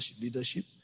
leadership